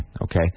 okay